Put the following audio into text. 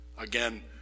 Again